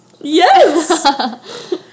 Yes